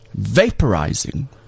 Vaporizing